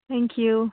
thank you